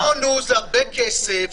זה הרבה כסף,